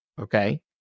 Okay